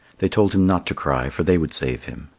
they told him not to cry, for they would save him.